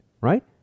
right